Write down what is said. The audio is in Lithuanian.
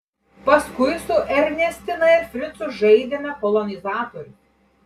paskui su ernestina ir fricu žaidėme kolonizatorius